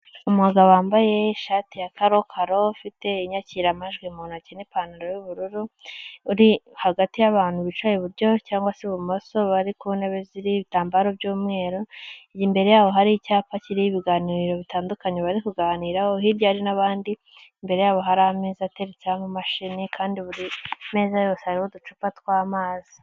Umugabo wambaye ishati ya karokaro ufite inyakiramajwi mu ntoki n'ipantaro y'ubururu, uri hagati y'abantu bicaye iburyo cyangwag se ibumoso bari ku ntebe ziriho ibitambaro by'umweru, imbere yabo hari icyapa kiriho ibiganiro bitandukanye bari kuganiraho hirya hari n'abandi, imbere yabo hari ameza ateretseho ama mashini kandi buri meza yose hariho uducupa tw'amazi.